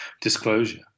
disclosure